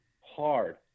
hard